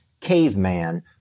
caveman